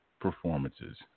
performances